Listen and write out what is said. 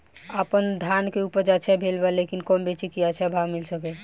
आपनधान के उपज अच्छा भेल बा लेकिन कब बेची कि अच्छा भाव मिल सके?